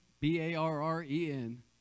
B-A-R-R-E-N